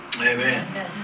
Amen